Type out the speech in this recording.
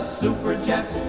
superjet